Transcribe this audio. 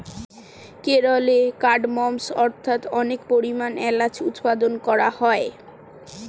কেরলে কার্ডমমস্ অর্থাৎ অনেক পরিমাণে এলাচ উৎপাদন করা হয়